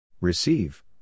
Receive